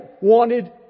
wanted